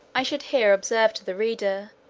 i should here observe to the reader,